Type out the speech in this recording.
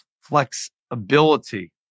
flexibility